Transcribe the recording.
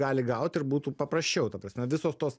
gali gaut ir būtų paprasčiau ta prasme visos tos